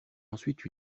ensuite